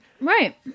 Right